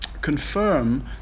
confirm